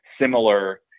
similar